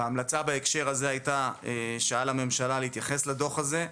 ההמלצה בהקשר הזה הייתה שעל הממשלה להתייחס לדוח הזה,